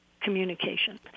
communication